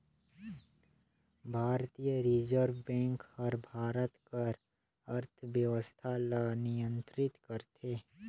भारतीय reserve bank हर भारत कर अर्थबेवस्था ल नियंतरित करथे